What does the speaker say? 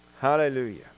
Hallelujah